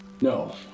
no